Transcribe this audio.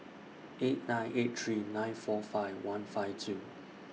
eight nine eight three nine four five one five two